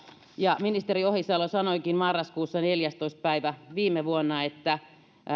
ja ministeri ohisalo sanoikin marraskuussa neljästoista päivä viime vuonna että